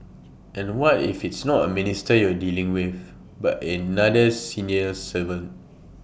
and what if it's not A minister you're dealing with but another civil servant